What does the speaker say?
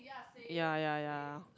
ya ya ya